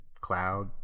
cloud